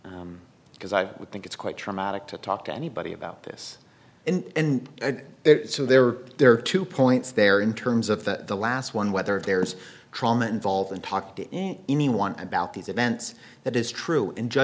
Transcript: because i would think it's quite traumatic to talk to anybody about this and it's there there are two points there in terms of the last one whether there's trauma involved in talk to anyone about these events that is true